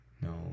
No